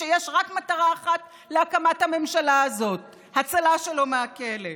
כשיש רק מטרה אחת להקמת הממשלה הזאת: הצלה שלו מהכלא.